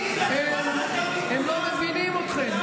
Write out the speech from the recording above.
הם לא מבינים אתכם.